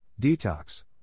Detox